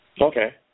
Okay